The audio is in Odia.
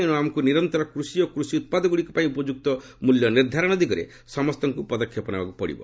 ଏଣୁ ଆମକୁ ନିରନ୍ତର କୃଷି ଓ କୃଷି ଉତ୍ପାଦଗୁଡ଼ିକ ପାଇଁ ଉପଯୁକ୍ତ ମୂଲ୍ୟ ନିର୍ଦ୍ଧାରଣ ଦିଗରେ ସମସ୍ତଙ୍କୁ ପଦକ୍ଷେପ ନେବାକୁ ପଡ଼ିବ